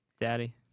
Daddy